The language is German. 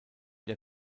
der